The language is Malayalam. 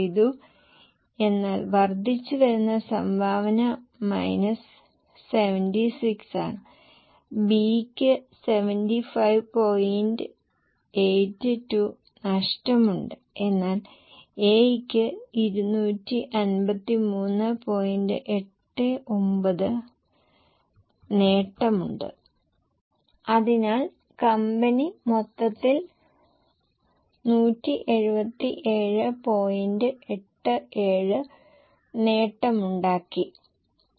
അതിനാൽ ഞങ്ങൾ ഇവിടെ മുൻവർഷത്തെ നികുതി നിരക്ക് കണക്കാക്കി അത് C 32 ന് C 31 ആണ് നിങ്ങൾക്ക് അത് 15 ശതമാനമായി ലഭിക്കും ഇപ്പോൾ ശുഭാപ്തിവിശ്വാസവും അശുഭാപ്തിവിശ്വാസവും ഉള്ള സാഹചര്യത്തിൽ 15 ശതമാനം ഈടാക്കിയിട്ടുണ്ട്